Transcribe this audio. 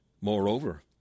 Moreover